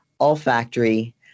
olfactory